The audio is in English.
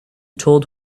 told